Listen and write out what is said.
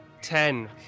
ten